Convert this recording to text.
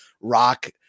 rock